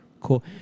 Cool